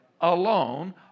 alone